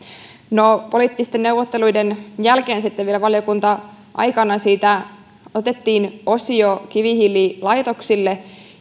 no poliittisten neuvotteluiden jälkeen sitten vielä valiokunta aikana siitä otettiin osio kivihiililaitoksille